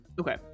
Okay